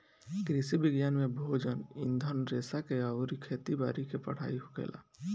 कृषि विज्ञान में भोजन, ईंधन रेशा अउरी खेती बारी के पढ़ाई होखेला